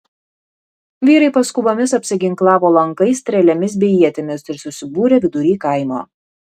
vyrai paskubomis apsiginklavo lankais strėlėmis bei ietimis ir susibūrė vidury kaimo